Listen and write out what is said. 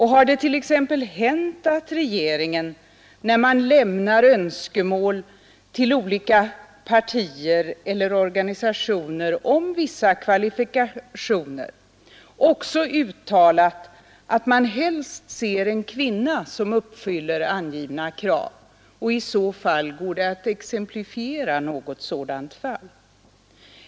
Har det t.ex. hänt att regeringen, när man lämnat önskemål till olika partier eller organisationer om vissa kvalifikationer, också uttalat att man helst ser en kvinna, som uppfyller angivna krav, och går det i så fall att exemplifiera något sådant fall?